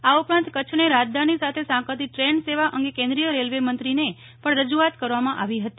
આ ઉપરાંત કચ્છને રાજધાની સાથે સાંકળતી ટ્રેન સેવા અંગે કેન્દ્રીય રેલવેમંત્રીને પણ રજૂઆત કરવામાં આવી હતી